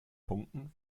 punkten